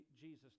Jesus